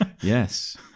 Yes